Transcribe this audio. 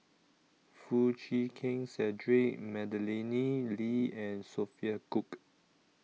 Foo Chee Keng Cedric Madeleine Lee and Sophia Cooke